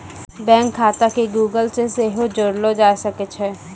bank खाता के Google से सेहो जोड़लो जाय सकै छै